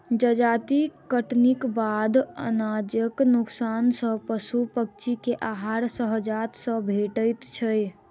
जजाति कटनीक बाद अनाजक नोकसान सॅ पशु पक्षी के आहार सहजता सॅ भेटैत छै